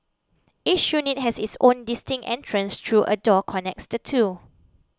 each unit has its own distinct entrance though a door connects the two